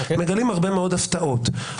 מגלים הרבה מאוד הפתעות.